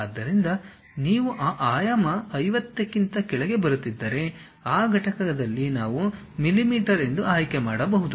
ಆದ್ದರಿಂದ ನೀವು ಆ ಆಯಾಮ 50 ಕ್ಕಿಂತ ಕೆಳಗೆ ಬರುತ್ತಿದ್ದರೆ ಆ ಘಟಕದಲ್ಲಿ ನಾವು mm ಎಂದು ಆಯ್ಕೆ ಮಾಡಬಹುದು